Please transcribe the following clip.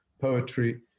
poetry